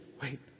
Wait